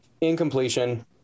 Incompletion